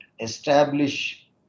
establish